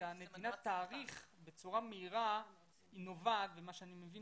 נתינת תאריך בצורה מהירה נובעת ואני מבין